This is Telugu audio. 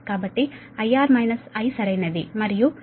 కాబట్టి IR I సరైనది మరియు మీకు IC J 1148